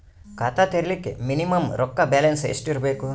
ಖಾತಾ ತೇರಿಲಿಕ ಮಿನಿಮಮ ರೊಕ್ಕ ಬ್ಯಾಲೆನ್ಸ್ ಎಷ್ಟ ಇರಬೇಕು?